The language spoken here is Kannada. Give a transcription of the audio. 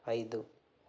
ಐದು